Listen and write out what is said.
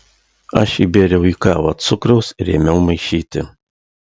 aš įbėriau į kavą cukraus ir ėmiau maišyti